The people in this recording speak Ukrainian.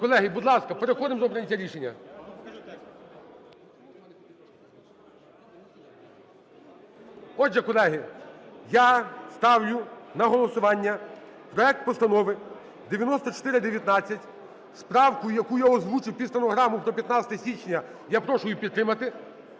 Колеги, будь ласка, переходимо до прийняття рішення. Отже, колеги, я ставлю на голосування проект Постанови 9419 з правкою, яку я озвучив під стенограму, про 15 січня. Я прошу її підтримати